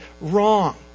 wrong